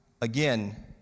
again